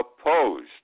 opposed